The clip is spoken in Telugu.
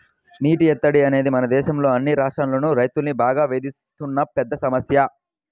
నీటి ఎద్దడి అనేది మన దేశంలో అన్ని రాష్ట్రాల్లోనూ రైతుల్ని బాగా వేధిస్తున్న పెద్ద సమస్య